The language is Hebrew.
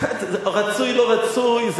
לא רצוי.